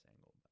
angle